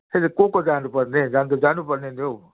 त्यही त को को जानुपर्ने जानु त जानुपर्ने नि हौ